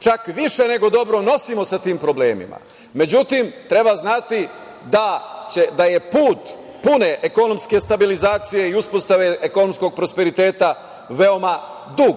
čak više nego dobro, nosimo sa tim problemima. Međutim, treba znati da je put pune ekonomske stabilizacije i uspostave ekonomskog prosperiteta veoma dug,